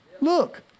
Look